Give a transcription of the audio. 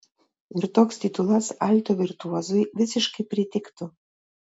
ir toks titulas alto virtuozui visiškai pritiktų